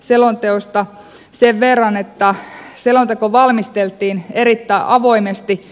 selonteosta sen verran että selonteko valmisteltiin erittäin avoimesti